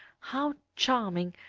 how charming,